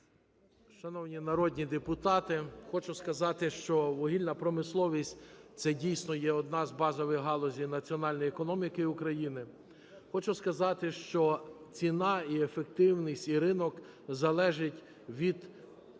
Шановні народні депутати, хочу сказати, що вугільна промисловість – це дійсно є одна з базових галузей національної економіки України. Хочу сказати, що ціна і ефективність і ринок залежить від